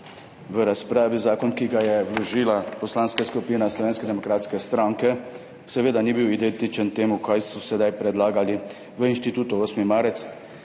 v razpravi zakon, ki ga je vložila Poslanska skupina Slovenske demokratske stranke. Seveda ni bil identičen temu, kar so sedaj predlagali v Inštitutu 8. marec.